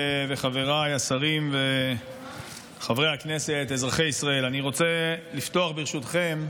וחבריי השרים וחברי הכנסת, אזרחי ישראל, ברשותכם,